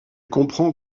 comprend